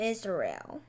Israel